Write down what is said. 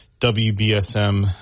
wbsm